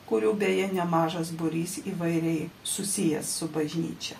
kurių beje nemažas būrys įvairiai susiję su bažnyčia